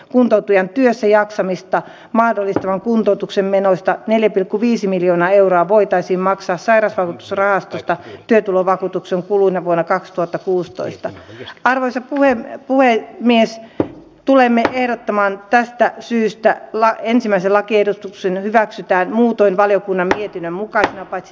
kuntoutuja työssäjaksamista mahdollistavan kuntoutuksen menoista neljä pilkku viisi miljoonaa euroa voitaisi maksaa särestön sarastusta työtulovakuutuksen kuluina vuonna kaksituhattakuusitoista ja varovaisen tuen ja puheli mies ja tulemme ehdottamaan tästä syystä olla ensimmäisen lakiehdotuksen hyväksytään muutoin valiokunnan mietinnön mukaisena paitsi